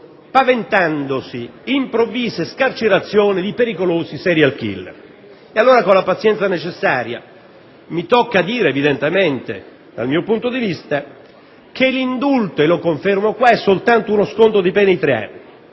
paventandosi improvvise scarcerazioni di pericolosi *serial killers*. E allora, con la pazienza necessaria, mi tocca dire, evidentemente dal mio punto di vista, che l'indulto è soltanto uno sconto di pena di tre anni,